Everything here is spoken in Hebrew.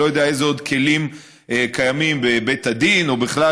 לא יודע איזה עוד כלים קיימים בבית הדין או בכלל,